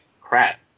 crap